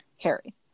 Harry